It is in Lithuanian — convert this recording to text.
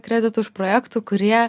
kreditų iš projektų kurie